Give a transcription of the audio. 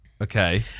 Okay